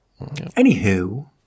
Anywho